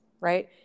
right